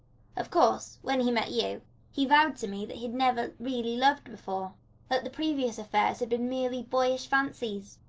of course, when he met you he vowed to me that he had never really loved before that the previous affairs had been merely boyish fancies.